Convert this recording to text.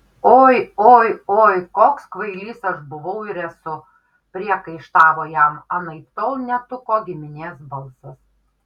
oi oi oi koks kvailys aš buvau ir esu priekaištavo jam anaiptol ne tuko giminės balsas